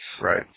Right